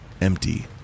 empty